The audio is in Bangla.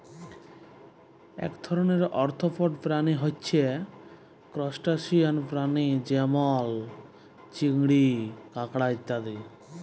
এক ধরণের আর্থ্রপড প্রাণী হচ্যে ত্রুসটাসিয়ান প্রাণী যেমল চিংড়ি, কাঁকড়া ইত্যাদি